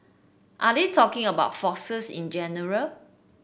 are they talking about foxes in general